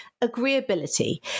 agreeability